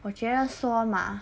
我觉着说吗